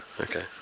Okay